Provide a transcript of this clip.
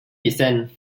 descent